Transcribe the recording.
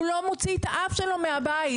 הוא לא מוציא את האף שלו מהבית.